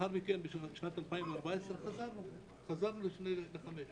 בשנת 2014 חזרנו לסוציואקונומי חמש.